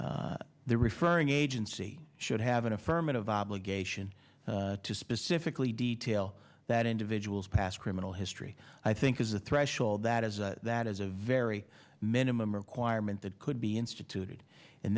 the referring agency should have an affirmative obligation to specifically detail that individual's past criminal history i think is a threshold that is that is a very minimum requirement that could be instituted in